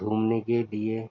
گھومنے کے لیے